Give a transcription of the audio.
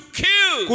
kill